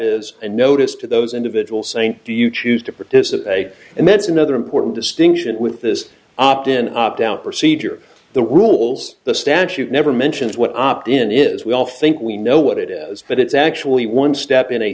is a notice to those individual st do you choose to participate and that's another important distinction with this opt in opt out procedure the rules the statute never mentions what opt in is we all think we know what it is but it's actually one step in a